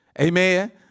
Amen